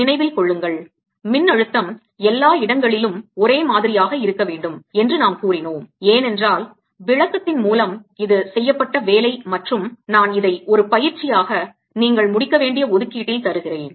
நினைவில் கொள்ளுங்கள் மின்னழுத்தம் எல்லா இடங்களிலும் ஒரே மாதிரியாக இருக்க வேண்டும் என்று நாம் கூறினோம் ஏனென்றால் விளக்கத்தின் மூலம் இது செய்யப்பட்ட வேலை மற்றும் நான் இதை ஒரு பயிற்சியாக நீங்கள் முடிக்க வேண்டிய ஒதுக்கீட்டில் தருகிறேன்